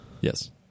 Yes